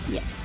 Yes